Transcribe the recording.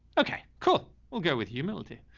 okay, cool. we'll go with humility.